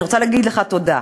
אני רוצה להגיד לך תודה.